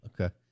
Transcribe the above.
Okay